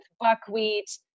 buckwheat